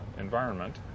environment